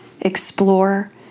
explore